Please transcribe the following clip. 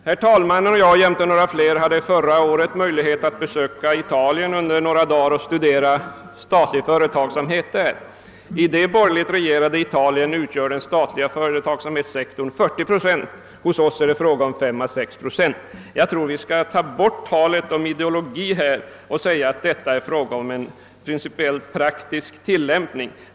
Herr talmannen och jag jämte några fler hade förra året möjlighet att besöka Italien under några dagar för att studera statlig företagsamhet där. I det borgerligt regerade Italien utgör den statliga företagsamhetssektorn 40 procent av näringslivet; hos oss är den bara 5 å 6 procent. Jag tror vi bör slopa talet om ideologi här och säga att det är fråga om en principiell praktisk tillämpning.